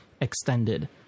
extended